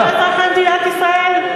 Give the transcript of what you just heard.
הם לא אזרחי מדינת ישראל?